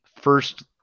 first